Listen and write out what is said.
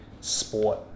sport